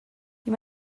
you